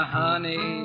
honey